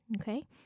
Okay